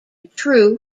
true